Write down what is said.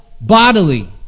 bodily